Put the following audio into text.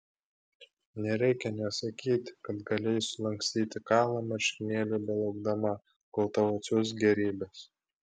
nereikia nė sakyti kad galėjai sulankstyti kalną marškinėlių belaukdama kol tau atsiųs gėrybes